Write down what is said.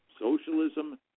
Socialism